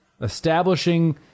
establishing